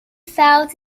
fouls